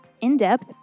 in-depth